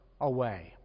away